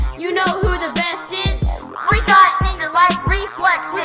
you know who the best is we got ninja like reflexes!